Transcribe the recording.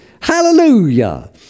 Hallelujah